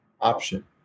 option